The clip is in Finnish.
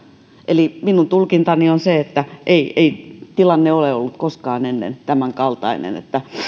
eli minun tulkintani on se että ei tilanne ole ollut koskaan ennen tämänkaltainen että